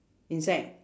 insect